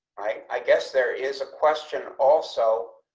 i guess there is a question also.